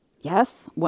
Yes